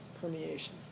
Permeation